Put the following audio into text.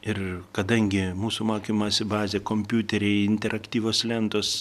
ir kadangi mūsų mokymosi bazė kompiuteriai interaktyvios lentos